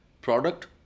Product